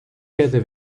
cada